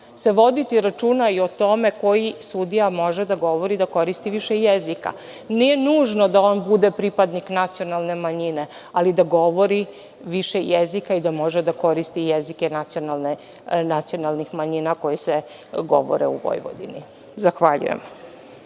voditi računa i o tome koji sudija može da koristi više jezika. Ne nužno da on bude pripadnik nacionalne manjine, ali da govori više jezika i da može da koristi jezike nacionalnih manjina koji se govore u Vojvodini. Zahvaljujem.